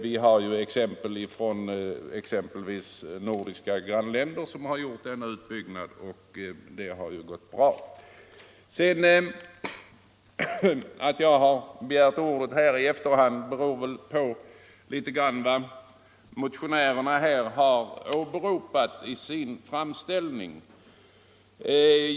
Det finns ju exempel från bl.a. våra nordiska grannländer där man gjort en sådan utbyggnad, och det har gått bra. Att jag så här i efterhand begärt ordet beror närmast på vad motionärerna har anfört.